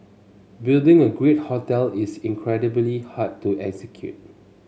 building a great hotel is incredibly hard to execute